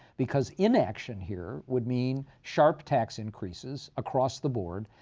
because inaction here would mean sharp tax increases across the board.